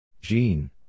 Jean